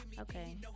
Okay